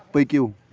پٔکِو